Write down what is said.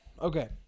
okay